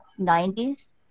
90s